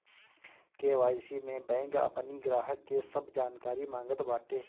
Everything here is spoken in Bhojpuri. के.वाई.सी में बैंक अपनी ग्राहक के सब जानकारी मांगत बाटे